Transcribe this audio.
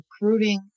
recruiting